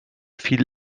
fiel